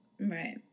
right